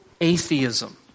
atheism